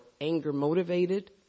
anger-motivated